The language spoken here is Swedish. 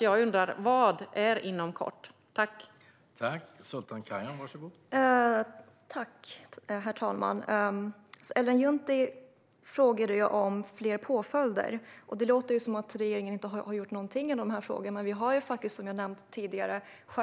Jag undrar när "inom kort" är.